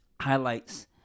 highlights